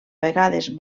vegades